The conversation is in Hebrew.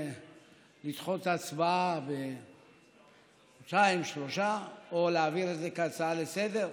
לדחות את ההצבעה בחודשיים-שלושה או להעביר את זה כהצעה לסדר-היום,